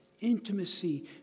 intimacy